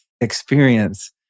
experience